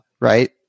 right